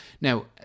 now